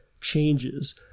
changes